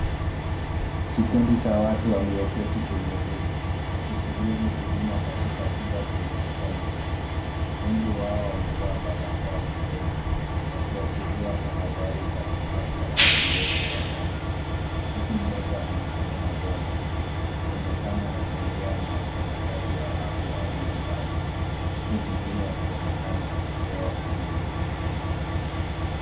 Kikundi cha watu walioketi kwenye viti wakisuburi huduma katika chumba chenye kuta nyeupe. Wengi wao wamevaa barakoa usoni wakiashiria tahadhari za kiafya au uwepo wa janga. Mtu mmoja amesimama mbele akionekana akiongea na wafanyakazi wa afya walio mbali huku mwingine akionekana akipewa huduma.